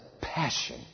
passion